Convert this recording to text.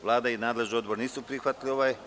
Vlada i nadležni odbor nisu prihvatili amandman.